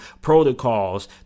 protocols